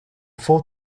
full